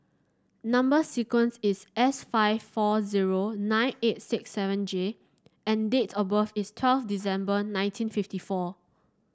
number sequence is S five four zero nine eight six seven J and date of birth is twelve December nineteen fifty four